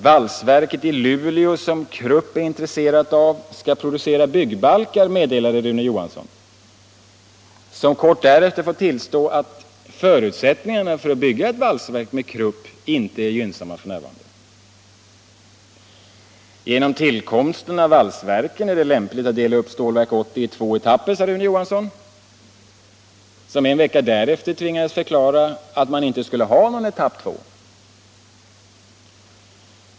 ”Valsverket i Luleå som Krupp är intresserat av skall producera byggbalkar”, meddelade Rune Johansson, som kort därefter får tillstå att förutsättningarna för att bygga ett valsverk med Krupp inte är gynnsamma f. n. ”Genom tillkomsten av valsverken är det lämpligt att dela upp Stålverk 80 i två etapper”, sade Rune Johansson, som en vecka därefter tvingats förklara att man inte skall ha någon etapp 2.